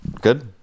good